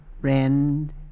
friend